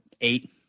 Eight